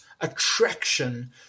attraction